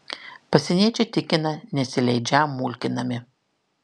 pasieniečiai tikina nesileidžią mulkinami